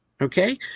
Okay